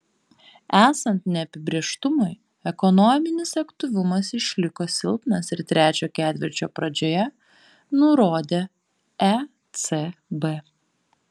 esant neapibrėžtumui ekonominis aktyvumas išliko silpnas ir trečio ketvirčio pradžioje nurodė ecb